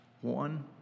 One